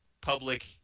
public